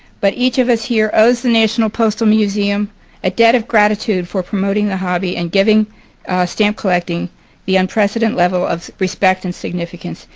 but each of us here owes the national postal museum a debt of gratitude for promoting the hobby and giving stamp collecting the unprecedented level of respect and significance.